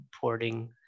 porting